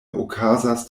okazas